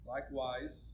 Likewise